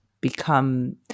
become